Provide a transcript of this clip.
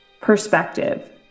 perspective